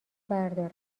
بردارم